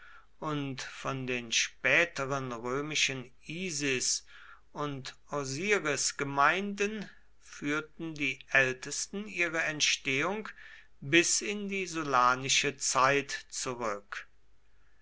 und von den späteren römischen isis und osirisgemeinden führten die ältesten ihre entstehung bis in die sullanische zeit zurück